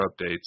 updates